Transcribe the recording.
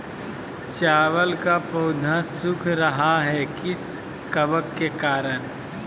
चावल का पौधा सुख रहा है किस कबक के करण?